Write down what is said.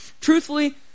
Truthfully